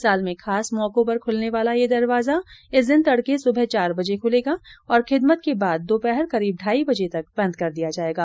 साल में खास मौको पर खुलने वाला यह दरवाजा इस दिन तड़के सुबह चार बजे खुलेगा और खिदमत के बाद दोपहर करीब ढाई बजे तक बंद कर दिया जाएगा